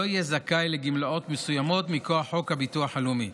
לא יהיה זכאי לגמלאות מסוימות מכוח חוק הביטוח הלאומי.